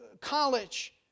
college